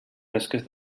fresques